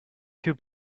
two